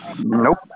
Nope